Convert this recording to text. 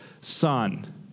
son